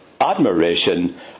admiration